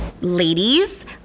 Ladies